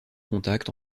contact